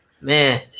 man